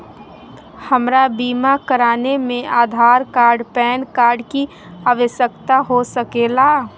हमरा बीमा कराने में आधार कार्ड पैन कार्ड की आवश्यकता हो सके ला?